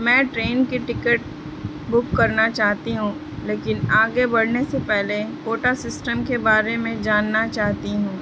میں ٹرین کی ticket book کرنا چاہتی ہوں لیکن آگے بڑھنے سے پہلے کوٹا سسٹم کے بارے میں جاننا چاہتی ہوں